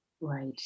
right